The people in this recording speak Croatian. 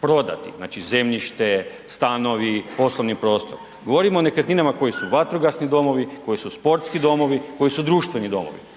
prodati, znači zemljište, stanovi, poslovni prostor, govorim o nekretninama koji su vatrogasni domovi, koji su sportski domovi koji su društveni domovi,